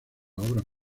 obras